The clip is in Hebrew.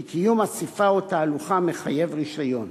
כי קיום אספה או תהלוכה מחייב רשיון.